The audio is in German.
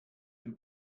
dem